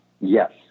Yes